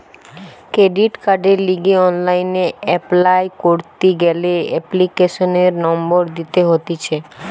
credit কার্ডের লিগে online apply করতি গ্যালে এপ্লিকেশনের নম্বর দিতে হতিছে